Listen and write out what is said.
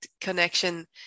connection